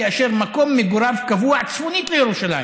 כאשר מקום מגוריו הקבוע צפונית לירושלים.